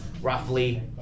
Roughly